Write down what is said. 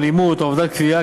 אלימות או עבודת כפייה,